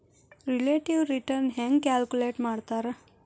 relative return ಹೆಂಗ calculate ಮಾಡ್ತಾರಾ